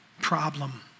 problem